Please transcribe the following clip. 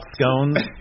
scones